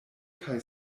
kaj